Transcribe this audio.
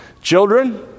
Children